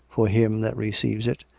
for him that receives it,